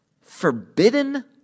forbidden